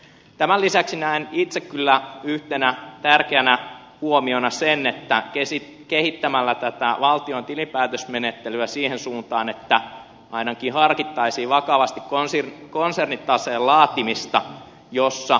tämän lisäksi näen itse kyllä yhtenä tärkeänä huomiona sen että kehittämällä tätä valtion tilinpäätösmenettelyä siihen suuntaan että ainakin harkittaisiin vakavasti konsernitaseen laatimista jossa sitten aidosti nähtäisiin